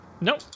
Nope